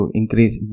increase